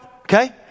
Okay